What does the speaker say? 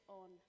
on